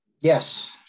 Yes